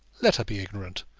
let her be ignorant.